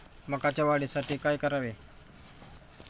मकाच्या वाढीसाठी काय करावे?